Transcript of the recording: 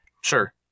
Sure